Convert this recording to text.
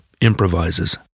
improvises